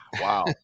Wow